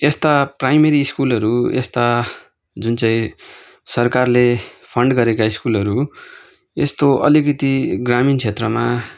यस्ता प्राइमेरी स्कुलहरू यस्ता जुन चाहिँ सरकारले फन्ड गरेका स्कुलहरू यस्तो अलिकति ग्रामिण क्षेत्रमा